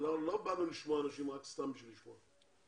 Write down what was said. אנחנו לא באנו לשמוע אנשים סתם בשביל לשמוע,